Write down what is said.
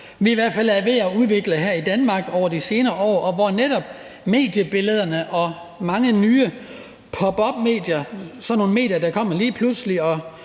vi i hvert fald har været ved at udvikle her i Danmark over de senere år med netop mediebillederne og mange nye pop up-medier – sådan nogle medier, der kommer lige pludselig,